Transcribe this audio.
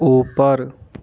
उपर